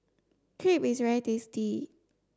crepe is very tasty